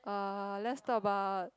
uh let's talk about